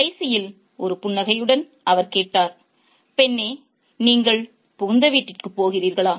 கடைசியில் ஒரு புன்னகையுடன் அவர் கேட்டார் "பெண்ணே நீங்கள் புகுந்த வீட்டிற்குப் போகிறீர்களா